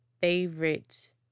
favorite